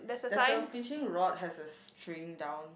that's the fishing rod has a string down